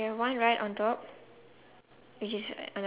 okay don't bring it up ah